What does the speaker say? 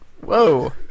Whoa